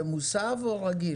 האם הוא מוסב או רגיל?